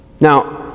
Now